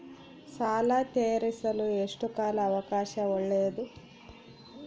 ಸಾಲ ತೇರಿಸಲು ಎಷ್ಟು ಕಾಲ ಅವಕಾಶ ಒಳ್ಳೆಯದು?